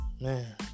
Man